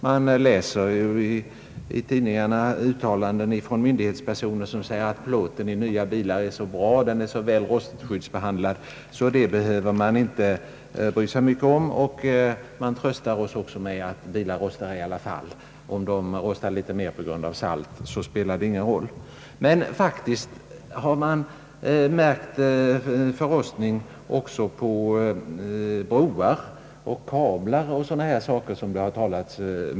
Vi läser uttalanden från myndighetspersoner i tidningarna där det sägs att plåten i nya bilar är så bra och väl rostskyddsbehandlad att man inte behöver bry sig om den frågan. Man tröstar oss också med att bilar i alla fall rostar och att saltet inte spelar någon roll i det avseendet. Därtill kommer en konstaterad förrostning också på broar och kablar.